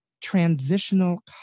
transitional